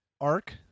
arc